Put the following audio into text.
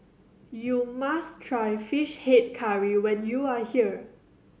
you must try Fish Head Curry when you are here